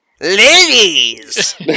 Ladies